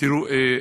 תראו,